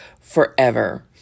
forever